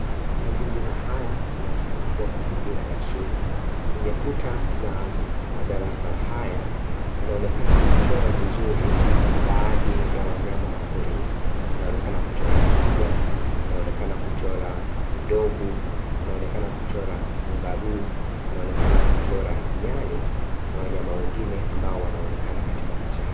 Mazingira haya yanaonekana kuwa mazingira ya shule. Kwenye kuta za madarasa haya wanaonekana kuchora vizuri baadhi ya wanyama wa porini. Wanaonekana kuchora Twiga, wanaonekana kuchora Ndovu, wanaonekana kuchora Kangaroo, wanaonekana kuchora Nyani na wanyama wengine ambao wanaonekana katika picha hii.